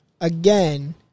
Again